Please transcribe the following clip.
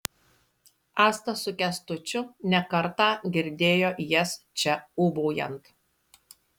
asta su kęstučiu ne kartą girdėjo jas čia ūbaujant